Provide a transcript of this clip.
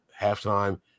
halftime